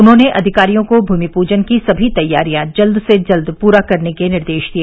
उन्होंने अधिकारियों को भूमि पूजन की सभी तैयारियां जल्द से जल्द पूरा करने के निर्देश दिए